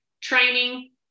training